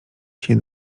się